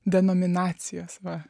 denominacijos va